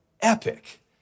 epic